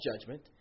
judgment